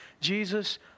Jesus